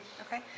Okay